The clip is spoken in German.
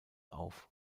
auf